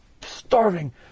starving